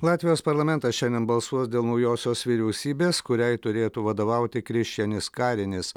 latvijos parlamentas šiandien balsuos dėl naujosios vyriausybės kuriai turėtų vadovauti krišjanis karinis